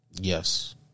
Yes